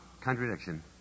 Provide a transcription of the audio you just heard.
contradiction